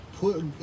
put